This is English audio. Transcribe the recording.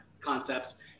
concepts